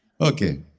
Okay